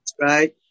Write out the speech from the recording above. Right